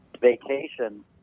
vacation